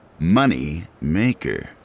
Moneymaker